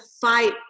fight